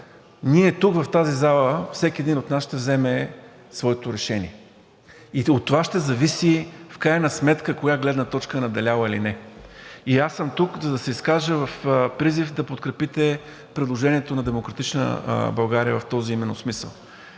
ние тук в тази зала, всеки един от нас ще вземе своето решение и от това ще зависи в крайна сметка коя гледна точка е надделяла или не. И аз съм тук, за да се изкажа в призив да подкрепите предложението на „Демократична България“ в този именно смисъл.